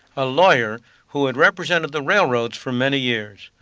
a lawyer who had represented the railroads for many years.